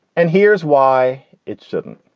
and here's why it shouldn't.